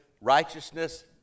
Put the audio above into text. righteousness